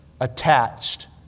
attached